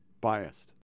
biased